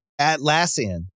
Atlassian